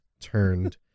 turned